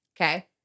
Okay